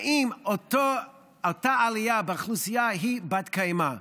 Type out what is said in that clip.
האם אותה עלייה באוכלוסייה היא בת-קיימא?